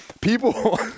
people